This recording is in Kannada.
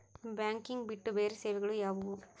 ಬ್ಯಾಂಕಿಂಗ್ ಬಿಟ್ಟು ಬೇರೆ ಸೇವೆಗಳು ಯಾವುವು?